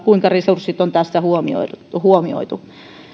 kuinka resurssit on tässä huomioitu huomioitu